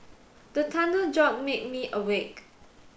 the thunder jolt me me awake